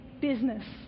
business